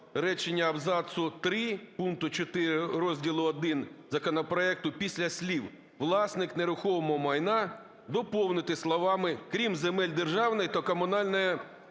Дякую.